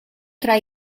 tra